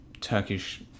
Turkish